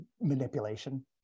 manipulation